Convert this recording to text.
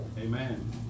Amen